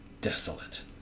desolate